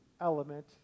element